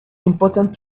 important